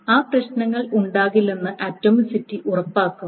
ആ പ്രശ്നങ്ങൾ ഉണ്ടാകില്ലെന്ന് ആറ്റോമിസിറ്റി ഉറപ്പാക്കുന്നു